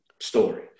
story